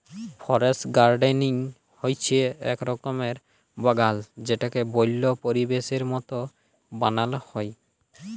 forest gardening হচ্যে এক রকমের বাগাল যেটাকে বল্য পরিবেশের মত বানাল হ্যয়